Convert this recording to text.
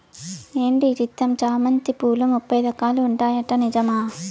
ఏంది ఈ చిత్రం చామంతి పూలు ముప్పై రకాలు ఉంటాయట నిజమా